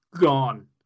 gone